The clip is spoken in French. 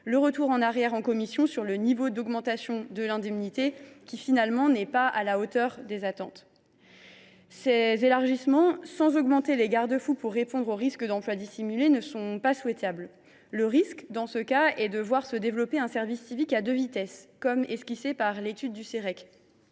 le retour en arrière en commission sur le niveau d’augmentation de l’indemnité, qui, finalement, n’est pas à la hauteur des attentes. Ces élargissements, sans renforcer les garde fous face au risque d’emploi dissimulé, ne sont pas souhaitables. Dans ce cas, le risque est de voir se développer un service civique à deux vitesses, selon la perspective esquissée par l’étude du Centre